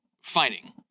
Fighting